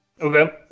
okay